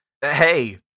Hey